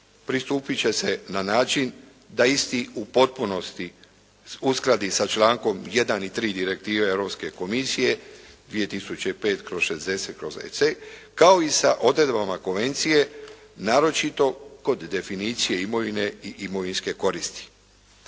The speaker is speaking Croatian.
pristupiti će se na način da isti u potpunosti uskladi sa člankom 1. i 3. Direktive Europske komisije 2005/60/ … (Govornik se ne razumije./ … kao i sa odredbama konvencije naročito kod definicije imovine i imovinske koristi.